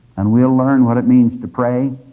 and we'll learn what it means to pray,